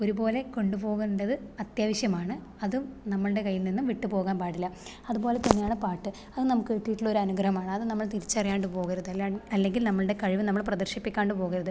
ഒരുപോലെ കൊണ്ടുപോകേണ്ടത് അത്യാവശ്യമാണ് അതും നമ്മളുടെ കൈയിൽ നിന്നും വിട്ടുപോകാൻ പാടില്ല അതുപോലെ തന്നെയാണ് പാട്ട് അത് നമുക്ക് കിട്ടീട്ടുള്ള ഒരു അനുഗ്രഹമാണ് അത് നമ്മൾ തിരിച്ചറിയാണ്ട് പോകരുത് അല്ലെങ്കിൽ നമ്മളുടെ കഴിവ് നമ്മൾ പ്രദർശിപ്പിക്കാണ്ട് പോകരുത്